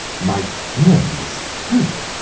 my dear miss hope!